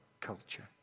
culture